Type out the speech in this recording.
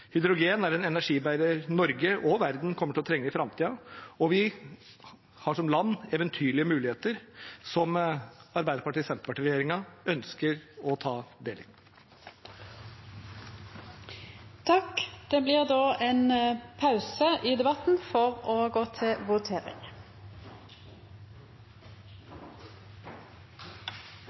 Hydrogen er en energibærer Norge og verden kommer til å trenge i framtiden, og vi har som land eventyrlige muligheter, som Arbeiderparti–Senterparti-regjeringen ønsker å ta del i. Det vert då pause i debatten for å gå til votering.